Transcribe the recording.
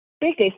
biggest